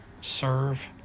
serve